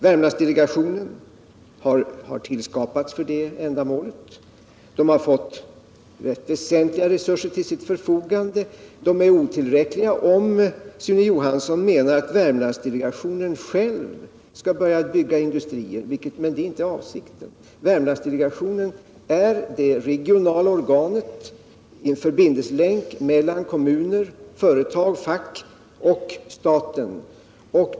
Värmlandsdelegationen har tillskapats för det ändamålet, och den har fått rätt väsentliga resurser till sitt förfogande. Värmlandsdelegationens resurser är otillräckliga om Sune Johansson ; menar att Värmlandsdelegationen själv skall börja bygga industrier, men det är inte avsikten. Värmlandsdelegationen är det regionala organ som utgör en förbindelselänk mellan kommuner, företag, fack och staten.